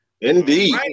Indeed